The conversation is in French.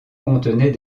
contenait